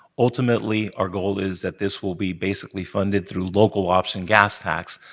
ultimately, our goal is that this will be basically funded through local option gas tax,